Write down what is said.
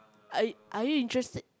are you are you interested